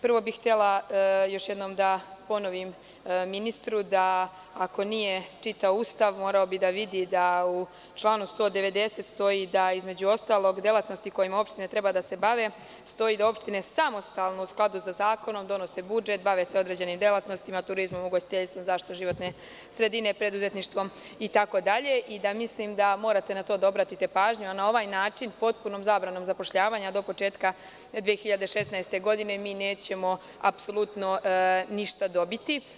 Prvo bih htela još jednom da ponovim ministru da ako nije čitao Ustav, morao bi da vidi da u članu 190. stoji da delatnosti kojima opštine treba da se bave da opštine se samostalno bave u skladu sa zakonom budžetom, bave se određenim delatnostima – turizmom, ugostiteljstvom, zaštitom životne sredine, preduzetništvom itd. i mislim da morate na to da obratite pažnju, a na ovaj način potpunom zabranom zapošljavanja do početka 2016. godine nećemo ništa dobiti.